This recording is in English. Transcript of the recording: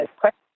question